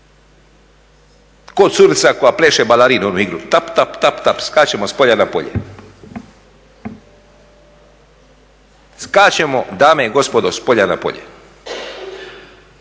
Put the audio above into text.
ko curica koja pleše balerinu, onu igru tap, tap, tap, tap skačemo s polja na polje, skačemo dame i gospodo s polja na polje.